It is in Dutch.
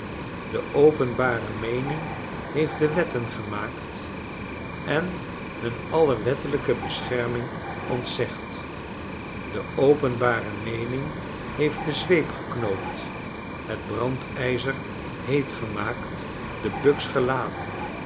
de openbare meening heeft de wetten gemaakt en hun alle wettelijke bescherming ontzegd de openbare meening heeft de zweep geknoopt het brandijzer heet gemaakt de buks geladen